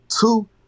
two